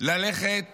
ללכת ולהגיד: